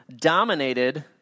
dominated